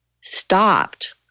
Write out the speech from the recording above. stopped